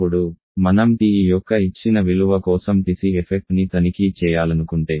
ఇప్పుడు మనం TE యొక్క ఇచ్చిన విలువ కోసం TC ఎఫెక్ట్ ని తనిఖీ చేయాలనుకుంటే